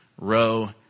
row